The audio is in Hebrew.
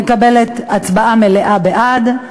מקבלת הצבעה מלאה בעד.